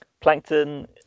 Plankton